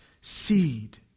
seed